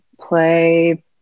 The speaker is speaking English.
play